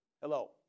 Hello